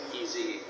easy